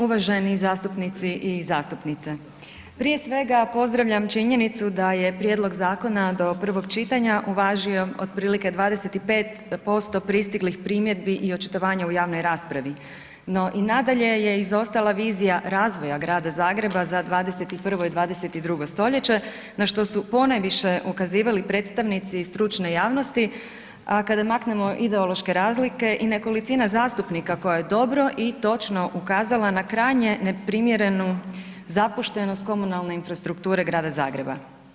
Uvaženi zastupnici i zastupnice prije svega pozdravljam činjenicu da je prijedlog zakona do prvog čitanja uvažio otprilike 25% pristiglih primjedbi i očitovanja u javnoj raspravi, no i nadalje je izostala vizija razvoja Grada Zagreba za 21. i 22. stoljeće na što su ponajviše ukazivali predstavnici stručne javnosti, a kada maknemo ideološke razlike i nekolicina zastupnika koja je dobro i točno ukazala na krajnje neprimjerenu zapuštenost komunalne infrastrukture Grada Zagreba.